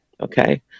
Okay